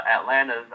Atlanta's